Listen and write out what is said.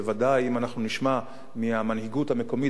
בוודאי אם אנחנו נשמע מהמנהיגות המקומית,